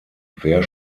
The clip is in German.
wer